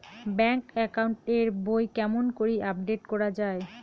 Bank account এর বই কেমন করি আপডেট করা য়ায়?